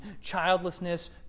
childlessness